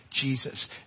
Jesus